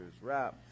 rap